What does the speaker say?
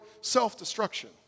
self-destruction